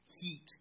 heat